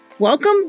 Welcome